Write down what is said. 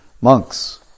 Monks